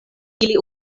ili